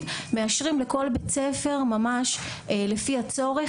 מאשרים לכל בית ספר ממש לפי הצורך,